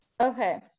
Okay